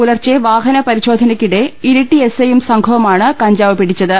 പുലർച്ചെ വാഹനപരിശോധനക്കിടെ ഇരിട്ടി എസ്ഐയും സംഘവുമാണ് കഞ്ചാവ് പിടിച്ചത്